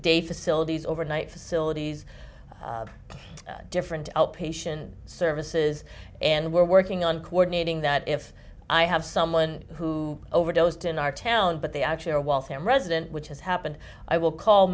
y facilities overnight facilities different outpatient services and we're working on coordinating that if i have someone who overdosed in our town but they actually are waltham resident which has happened i will call